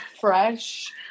fresh